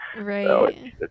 Right